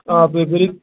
آ تُہۍ بٔریو